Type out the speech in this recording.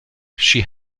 she